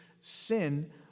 sin